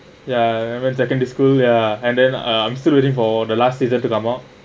ya remember in secondary school ya and then I'm still waiting for the last season to come out